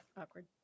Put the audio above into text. Awkward